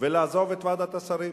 ולעזוב את ועדת השרים,